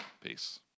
peace